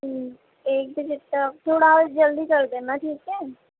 ایک بجے تک تھوڑا اور جلدی کر دینا ٹھیک ہے